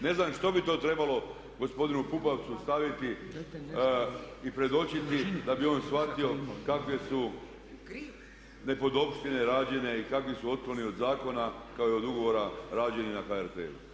Ne znam što bi to trebalo gospodinu Pupovcu staviti i predočiti da bi on shvatio kakve su nepodopštine rađene i kakvi su otkloni od zakona kao i od ugovora rađeni na HRT-u.